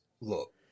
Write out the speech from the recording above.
Look